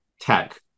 tech